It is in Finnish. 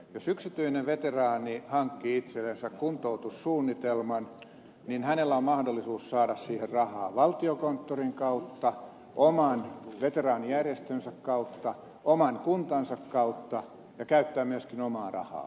jos yksityinen veteraani hankkii itsellensä kuntoutussuunnitelman niin hänellä on mahdollisuus saada siihen rahaa valtiokonttorin kautta oman veteraanijärjestönsä kautta oman kuntansa kautta ja käyttää myöskin omaa rahaa